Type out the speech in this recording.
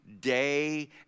day